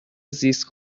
زیست